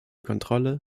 kontrolle